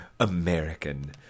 American